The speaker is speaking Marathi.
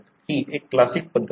ही एक क्लासिक पद्धत आहे